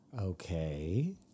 Okay